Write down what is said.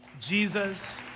Jesus